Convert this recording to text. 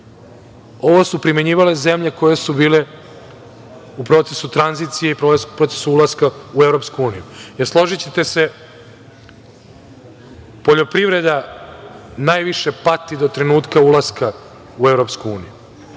Ovo su primenjivale zemlje koje su bile u procesu tranzicije i procesu ulaska u EU. Složićete se, poljoprivreda najviše pati do trenutka ulaska u EU,